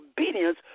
obedience